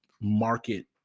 market